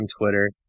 Twitter